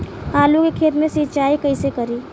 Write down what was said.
आलू के खेत मे सिचाई कइसे करीं?